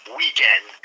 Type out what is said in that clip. weekend